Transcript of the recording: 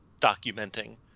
documenting